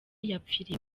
yapfiriye